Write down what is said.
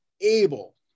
able